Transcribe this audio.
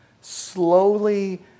slowly